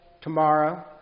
tomorrow